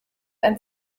ein